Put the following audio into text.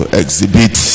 exhibit